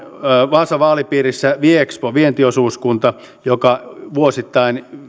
vaasan vaalipiirissä viexpo vientiosuuskunta joka vuosittain